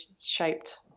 shaped